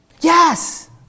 yes